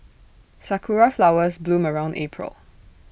Sakura Flowers bloom around April